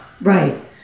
Right